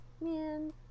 Man